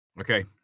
Okay